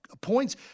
points